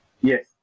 Yes